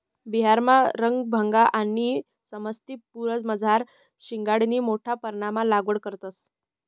बिहारमा रसभंगा आणि समस्तीपुरमझार शिंघाडानी मोठा परमाणमा लागवड करतंस